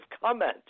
comment